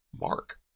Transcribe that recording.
Mark